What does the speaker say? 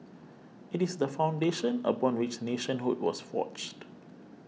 it is the foundation upon which nationhood was forged